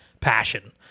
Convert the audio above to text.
passion